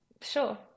sure